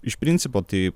iš principo tai